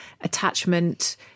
attachment